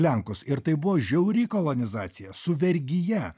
lenkus ir tai buvo žiauri kolonizacija su vergija